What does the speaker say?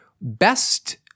best